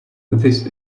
this